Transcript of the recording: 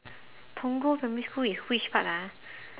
punggol primary school is which part ah